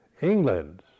England